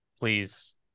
please